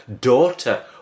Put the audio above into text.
daughter